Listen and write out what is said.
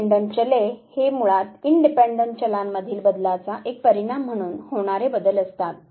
dependent चले हे मुळात इनडिपेंडंट चलांमधिल बदलाचा एक परिणाम म्हणून होणारे बदल असतात